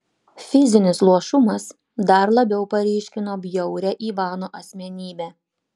fizinis luošumas dar labiau paryškino bjaurią ivano asmenybę